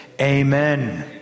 amen